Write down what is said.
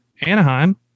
Anaheim